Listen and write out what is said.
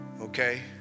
okay